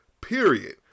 period